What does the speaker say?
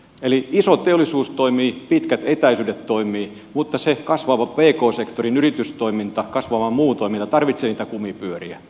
eli iso teollisuus toimii pitkät etäisyydet toimivat mutta kasvava pk sektorin yritystoiminta kasvava muu toiminta tarvitsee niitä kumipyöriä